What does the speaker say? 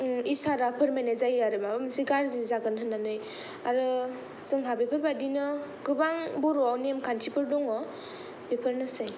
इसारा फोरमायनाय जागोन आरो माबा मोनसे गाज्रि जागोन होननानै आरो जोंहा बेफोरबादिनो गोबां बर'आव नेमखान्थिफोर दङ' बेफोरनोसै